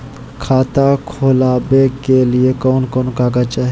खाता खोलाबे के लिए कौन कौन कागज चाही?